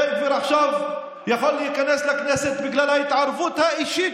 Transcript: בן גביר עכשיו יכול להיכנס לכנסת בגלל ההתערבות האישית